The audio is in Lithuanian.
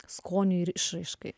skoniui ir išraiškai